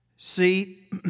See